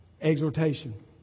exhortation